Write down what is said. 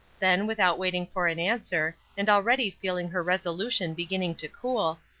then, without waiting for an answer, and already feeling her resolution beginning to cool,